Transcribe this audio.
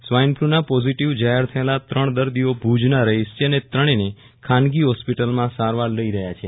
swine ફ્લુના positive જાહેર થયેલા ત્રણ દર્દીઓ ભુજના રહીશ છે અને ત્રણે ખાનગી હોસ્પિટલમાં સારવાર લઇ રહ્યા છે